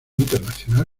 internacional